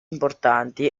importanti